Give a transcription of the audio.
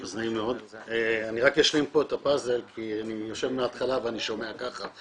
אני אשלים פה את הפאזל כי אני יושב פה מהתחלה ואני שומע ככה,